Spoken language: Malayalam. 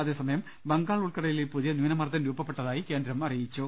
അതേസമയം ബംഗാൾ ഉൾക്കടലിൽ പുതിയ ന്യൂനമർദ്ദം രൂപപ്പെട്ടതായും കേന്ദ്രം അറിയിച്ചു